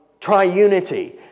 triunity